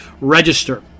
Register